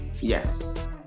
Yes